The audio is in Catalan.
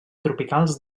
tropicals